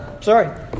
Sorry